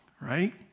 right